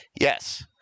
Yes